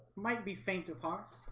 might be faint of heart